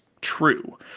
true